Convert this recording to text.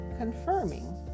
confirming